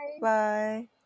Bye